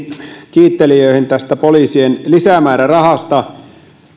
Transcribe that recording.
kiittelijöihin tästä poliisien lisämäärärahasta